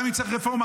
גם אם צריך רפורמה,